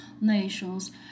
nations